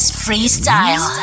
freestyle